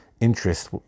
interest